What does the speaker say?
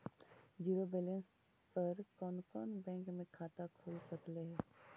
Zero balance पर कोन कोन बैंक में खाता खुल सकले हे?